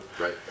Right